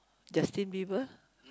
Justin-Bieber